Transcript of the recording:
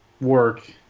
work